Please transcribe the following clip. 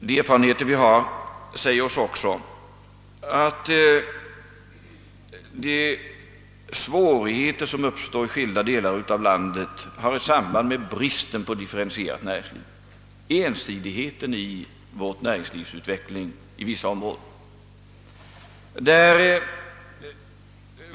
Våra erfarenheter säger oss också att de svårigheter som uppstår i skilda delar av landet har samband med bristen digheten i vårt näringslivs utveckling i vissa områden.